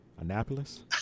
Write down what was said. Annapolis